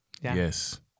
Yes